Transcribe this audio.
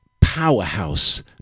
powerhouse